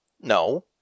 No